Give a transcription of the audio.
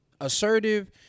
assertive